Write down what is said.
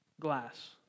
glass